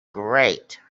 great